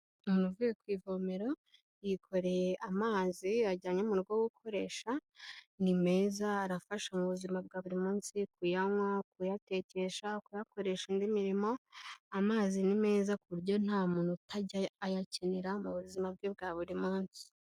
Umuntu uvuye ku ivomero yikoreye amazi ajyanye mu rugo gukoresha, ni meza, arafasha mu buzima bwa buri munsi, kuyanywa, kuyatekesha, kuyakoresha indi mirimo, amazi ni meza ku buryo nta muntu utajya ayakenera mu buzima bwe bwa buri munsi.